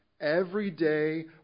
everyday